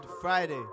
Friday